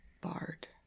Bard